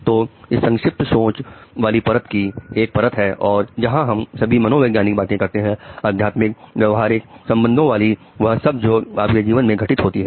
तो इस संक्षिप्त सोच वाली परत की एक परत और है जहां हम सभी मनोवैज्ञानिक बातें करते हैं अध्यात्मिक व्यवहारिक संबंधों वाली वह सब जो आपके जीवन में घटित होती है